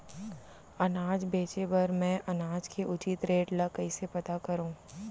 अनाज बेचे बर मैं अनाज के उचित रेट ल कइसे पता करो?